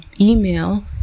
email